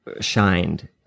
shined